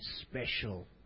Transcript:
special